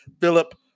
Philip